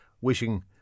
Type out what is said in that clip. wishing